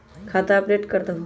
खाता अपडेट करदहु?